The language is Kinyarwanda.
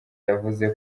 yavuze